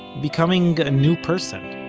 becoming a new person